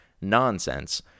nonsense